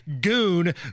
goon